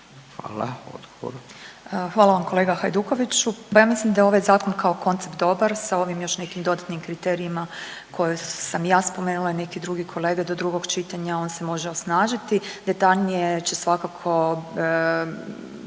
Hvala vam kolega Hajdukoviću. Pa ja mislim da je ovaj zakon kao koncept dobar sa ovim još nekim dodatnim kriterijima koje sam ja spomenula i neki drugi kolege do drugog čitanja on se može osnažiti. Detaljnije će svakako